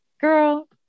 Girl